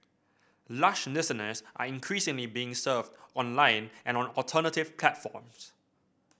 lush listeners are increasingly being served online and on alternative platforms